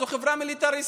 זו חברה מיליטריסטית,